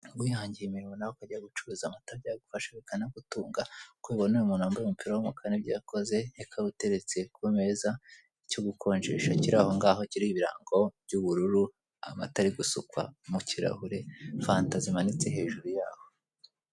Wihangiye imirimo nawe ukajya wirirwa ucuruza amata byagufasha bikanagutunga. Uko ubibona uyu muntu wambaye umupira w'umukara nibyo yakoze. Ikawa iteretse ku meza, icyo gukonjesha kiri ahongaho kiriho ibirango by'ubururu, amata ari gusukwa mu kirahure, fanta zimanitse hejuru yaho.